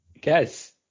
Guess